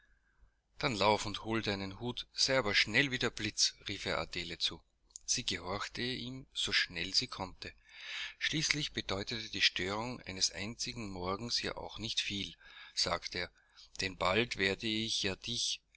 dann lauf und hole deinen hut sei aber schnell wie der blitz rief er adele zu sie gehorchte ihm so schnell sie konnte schließlich bedeutet die störung eines einzigen morgens ja auch nicht viel sagte er denn bald werde ich ja dich